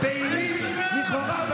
איזה בושה.